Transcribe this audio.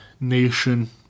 nation